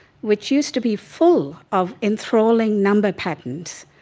which used to be full of enthralling number patterns.